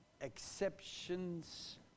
Exceptions